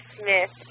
Smith